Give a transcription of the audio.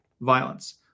violence